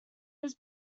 his